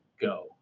go